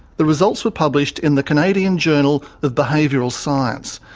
the results were published in the canadian journal of behavioural science.